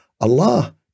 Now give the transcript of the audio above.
Allah